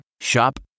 Shop